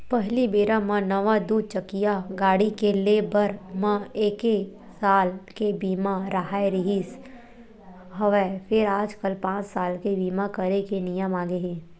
पहिली बेरा म नवा दू चकिया गाड़ी के ले बर म एके साल के बीमा राहत रिहिस हवय फेर आजकल पाँच साल के बीमा करे के नियम आगे हे